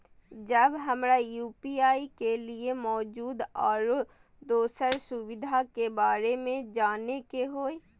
जब हमरा यू.पी.आई के लिये मौजूद आरो दोसर सुविधा के बारे में जाने के होय?